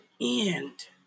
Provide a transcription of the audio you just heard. end